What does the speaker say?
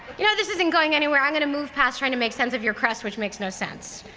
you know, this isn't going anywhere. i'm going to move past trying to make sense of your crest which makes no sense.